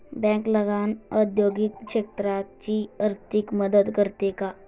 Bank लहान औद्योगिक क्षेत्राची आर्थिक मदत करते का?